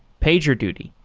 pagerduty,